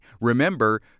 Remember